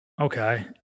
Okay